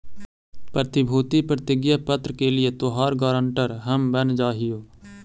प्रतिभूति प्रतिज्ञा पत्र के लिए तोहार गारंटर हम बन जा हियो